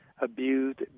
abused